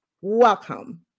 welcome